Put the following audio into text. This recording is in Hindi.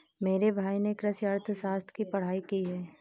मेरे भाई ने कृषि अर्थशास्त्र की पढ़ाई की है